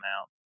out